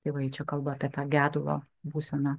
tai va ji čia kalba apie tą gedulo būseną